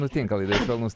nutinka laidoj švelnūs